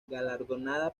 galardonada